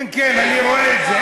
כן, כן, אני רואה את זה.